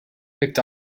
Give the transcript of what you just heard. picked